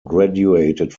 graduated